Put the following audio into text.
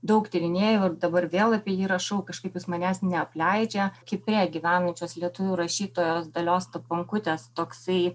daug tyrinėjau ir dabar vėl apie jį rašau kažkaip jis manęs neapleidžia kipre gyvenančios lietuvių rašytojos dalios staponkutės toksai